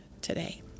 today